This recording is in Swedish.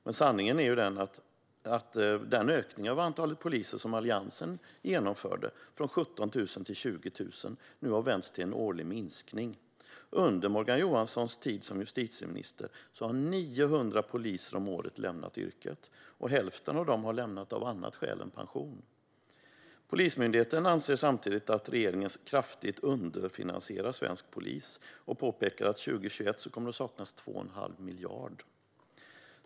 Men sanningen är att den ökning av antalet poliser från 17 000 till 20 000 som Alliansen genomförde nu har vänts till en årlig minskning. Under Morgan Johanssons tid som justitieminister har 900 poliser om året lämnat yrket. Hälften av dem har gjort det av annat skäl än pension. Polismyndigheten anser samtidigt att regeringen kraftigt underfinansierar svensk polis och påpekar att det 2021 kommer att saknas 2 1⁄2 miljard.